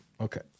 Okay